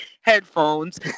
headphones